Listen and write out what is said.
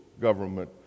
government